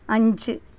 അഞ്ച്